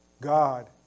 God